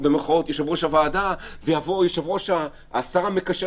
במירכאות יושב-ראש הוועדה ויבוא השר המקשר